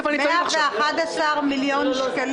הפנייה נועדה להעברת סך של 50 מיליון במזומן לרשות האוכלוסין